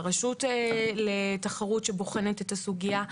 והרשות לתחרות שבוחנת את הסוגיה,